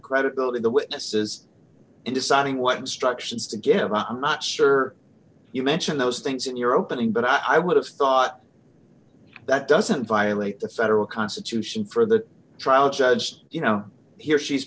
credibility the witnesses in deciding what instructions to give up i'm not sure you mentioned those things in your opening but i would have thought that doesn't violate the federal constitution for the trial judge you know here she